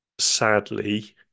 Sadly